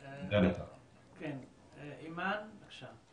אימאן, בבקשה.